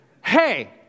hey